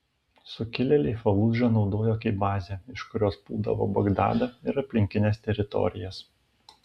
sukilėliai faludžą naudojo kaip bazę iš kurios puldavo bagdadą ir aplinkines teritorijas